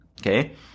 okay